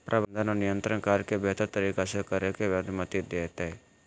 प्रबंधन और नियंत्रण कार्य के बेहतर तरीका से करे के अनुमति देतय